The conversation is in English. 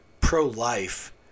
pro-life